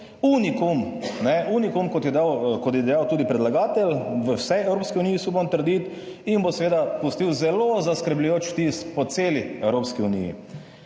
unikum, kot je dejal tudi predlagatelj, v vsej Evropski uniji, si upam trditi, in bo seveda pustil zelo zaskrbljujoč vtis po celi Evropski uniji.